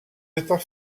états